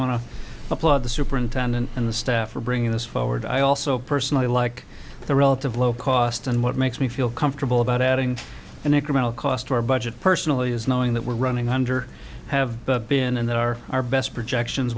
want to applaud the superintendent and the staff for bringing this forward i also personally like the relative low cost and what makes me feel comfortable about adding an incremental cost to our budget personally is knowing that we're running under have been and there are our best projections